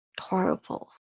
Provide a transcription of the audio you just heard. horrible